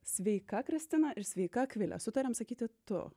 sveika kristina ir sveika akvile sutariam sakyti tu